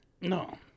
No